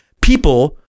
people